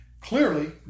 Clearly